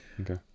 Okay